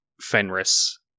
Fenris